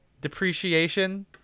depreciation